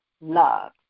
love